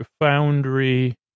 foundry